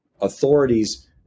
authorities